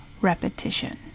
repetition